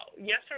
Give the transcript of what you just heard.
yes